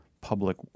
public